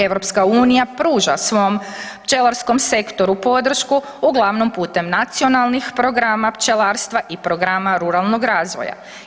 EU pruža svom pčelarskom sektoru podršku uglavnom putem nacionalnih programa pčelarstva i programa ruralnog razvoja.